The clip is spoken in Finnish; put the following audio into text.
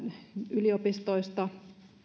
yliopistoista